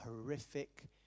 horrific